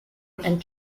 and